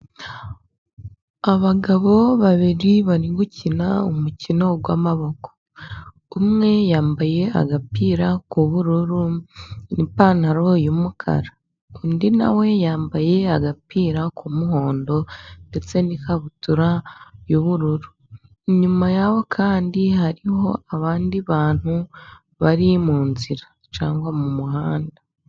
Abagabo babiri bari gukina umukino w'amaboko. Umwe yambaye agapira k'ubururu n'ipantaro y'umukara. Undi nawe yambaye agapira k'umuhondo ndetse n'ikabutura y'ubururu. Inyuma yaho kandi hariho abandi bantu bari mu nzira cyangwa mu muhanda.